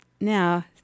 Now